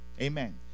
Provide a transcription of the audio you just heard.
amen